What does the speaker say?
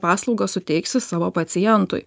paslaugą suteiksi savo pacientui